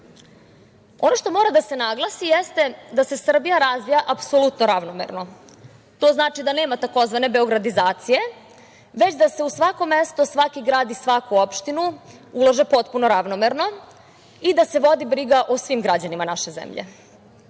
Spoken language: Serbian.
što mora da se naglasi jeste da se Srbija razvija apsolutno ravnomerno. To znači da nema tzv. beogradizacije, već da se u svako mesto i svaki grad i svaku opštinu ulaže potpuno ravnomerno i da se vodi briga o svim građanima naše zemlje. Ja